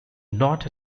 not